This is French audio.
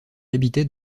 habitait